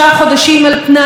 ובממשלה,